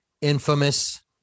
infamous